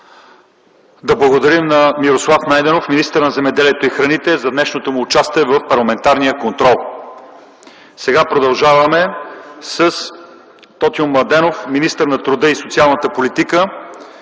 Да благодарим на Мирослав Найденов – министър на земеделието и храните, за днешното му участие в парламентарния контрол. Продължаваме с отговори на Тотю Младенов – министър на труда и социалната политика.